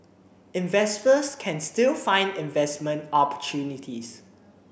investors can still find investment opportunities